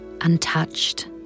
untouched